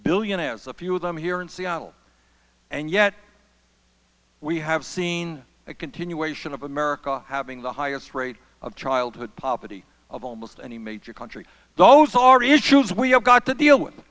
billion is a few of them here in seattle and yet we have seen a continuation of america having the highest rate of childhood poverty of almost any major country those are issues we have got to deal with